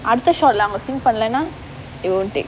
அடுத்த:adutha shot lah அவங்க:avanga sync பண்லேனா:panlaenaa they won't take